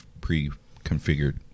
pre-configured